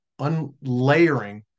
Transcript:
Unlayering